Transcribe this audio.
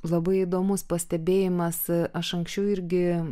labai įdomus pastebėjimas aš anksčiau irgi